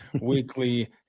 weekly